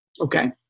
Okay